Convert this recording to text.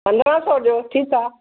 पंदरहां सौ ॾियो ठीकु आहे